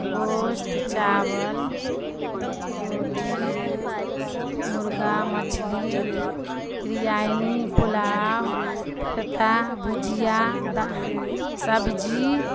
گوشت چاول روٹی مرغہ مچھلی بریانی پلاؤ بھرتا بھجیا سبزی